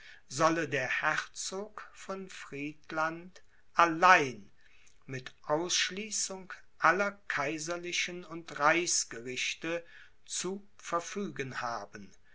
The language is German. solle der herzog von friedland allein mit ausschließung aller kaiserlichen und reichsgerichte zu verfügen haben